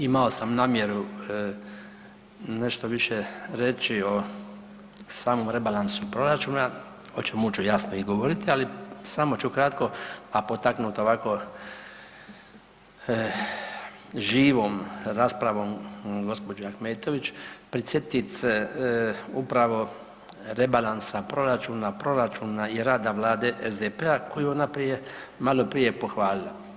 Imao sam namjeru nešto više reći o samom rebalansu proračuna, o čemu ću, jasno i govoriti, ali samo ću kratko, a potaknut ovako živom raspravom gđe. Ahmetović, prisjetit se upravo rebalansa proračuna, proračuna i rada Vlade SDP-a koju ona prije, maloprije pohvalila.